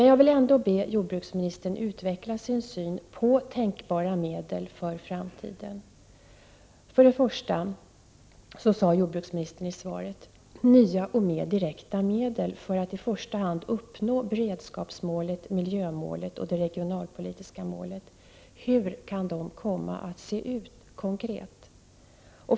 Jag vill ändå be jordbruksministern utveckla sin syn på tänkbara medel för framtiden. För det första talade han i svaret om nya och mer direkta medel för att i första hand uppnå beredskapsmålet, miljömålet och det regionalpolitiska målet. Hur kan det komma att se ut konkret?